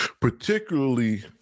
particularly